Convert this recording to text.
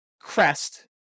crest